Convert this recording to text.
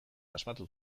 asmatu